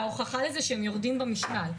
ההוכחה לזה היא שהם יורדים במשקל.